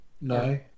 no